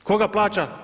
Tko ga plaća?